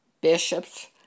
bishops